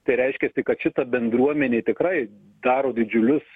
tai reiškia kad šita bendruomenė tikrai daro didžiulius